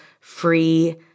free